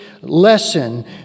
lesson